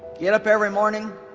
get up every morning